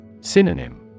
Synonym